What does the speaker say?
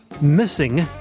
missing